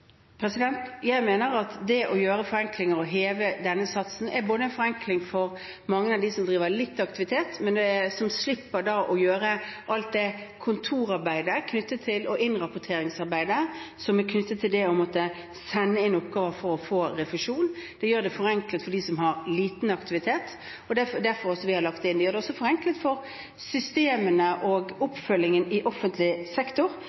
Jeg mener at det å heve denne satsen er en forenkling for mange av dem som driver litt aktivitet, men som da slipper å gjøre innrapporteringsarbeidet som er knyttet til det å måtte sende inn oppgaver for å få refusjon. Det gjør det enklere for dem som har liten aktivitet, det er derfor vi har lagt det inn. Det gjør det også enklere for systemene og oppfølgingen i offentlig sektor.